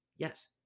Yes